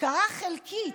קרה חלקית,